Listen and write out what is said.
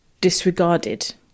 disregarded